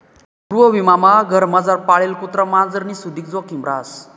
गृहविमामा घरमझार पाळेल कुत्रा मांजरनी सुदीक जोखिम रहास